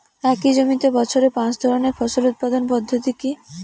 একই জমিতে বছরে পাঁচ ধরনের ফসল উৎপাদন পদ্ধতি কী?